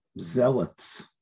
zealots